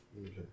Okay